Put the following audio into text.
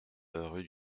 rue